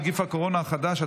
נגיף הקורונה החדש),